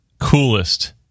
coolest